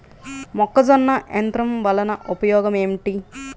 మొక్కజొన్న యంత్రం వలన ఉపయోగము ఏంటి?